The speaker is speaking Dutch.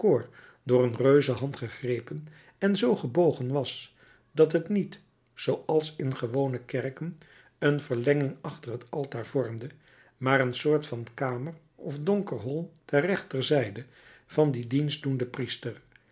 door een reuzenhand gegrepen en zoo gebogen was dat het niet zooals in gewone kerken een verlenging achter het altaar vormde maar een soort van kamer of donker hol ter rechterzijde van den dienstdoenden priester